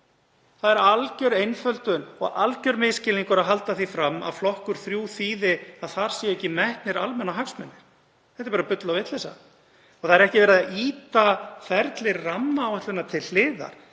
Það er alger einföldun og algjör misskilningur að halda því fram að flokkur 3 þýði að þar séu ekki metnir almannahagsmunir. Það er bara bull og vitleysa og ekki verið að ýta ferli rammaáætlunar til hliðar.